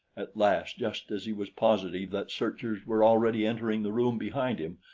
at last, just as he was positive that searchers were already entering the room behind him,